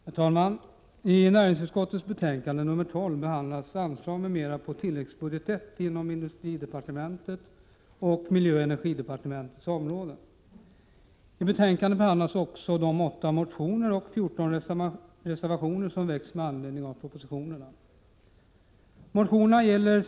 Herr talman! I näringsutskottets betänkande nr 12 behandlas anslag m.m. på tilläggsbudget I inom industridepartementets och miljöoch energidepartementets områden. I betänkandet behandlas också de 8 motioner och 14 reservationer som framställts med anledning av propositionerna.